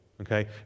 Okay